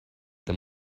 them